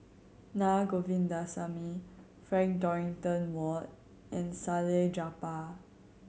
Naa Govindasamy Frank Dorrington Ward and Salleh Japar